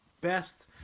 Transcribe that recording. best